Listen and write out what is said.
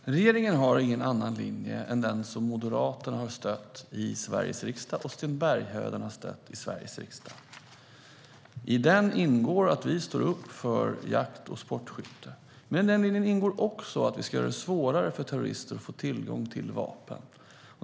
Fru talman! Regeringen har ingen annan linje än den som Moderaterna och Sten Bergheden har stött i Sveriges riksdag. I den ingår att vi står upp för jakt och sportskytte. Men i den ingår också att vi ska göra det svårare för terrorister att få tillgång till vapen.